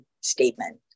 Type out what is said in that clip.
statement